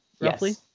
roughly